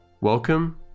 Welcome